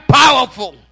powerful